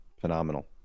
Phenomenal